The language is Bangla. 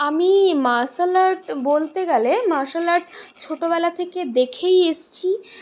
আমি মার্শাল আর্ট বলতে গেলে মার্শাল আর্ট ছোটোবেলা থেকে দেখেই এসছি